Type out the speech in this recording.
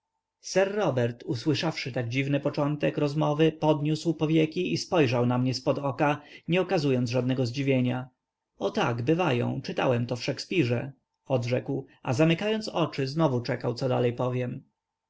robert usłyszawszy tak dziwny początek rozmowy podniósł powieki i spojrzał na mnie z pod oka nie okazując żadnego zdziwienia o tak bywają czytałem to w szekspirze odrzekł a zamykając oczy znowu czekał co dalej powiem